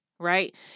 Right